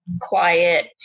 quiet